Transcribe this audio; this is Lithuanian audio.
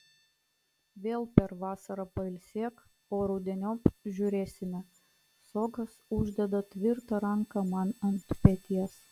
vėl per vasarą pailsėk o rudeniop žiūrėsime sokas uždeda tvirtą ranką man ant peties